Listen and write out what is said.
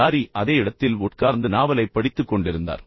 lorry அதே இடத்தில் உட்கார்ந்து நாவலைப் படித்துக் கொண்டிருந்தார்